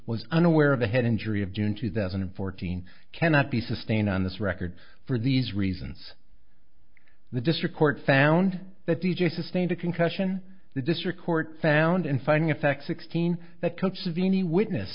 was unaware of the head injury of june two thousand and fourteen cannot be sustained on this record for these reasons the district court found that the j sustained a concussion the district court found in fining effects sixteen that coach vini witness